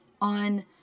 on